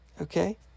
Okay